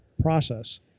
process